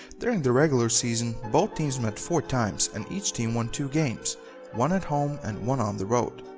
during the regular season both teams met four times and each team won two games one at home and one on the road.